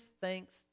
thanks